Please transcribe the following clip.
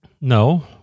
No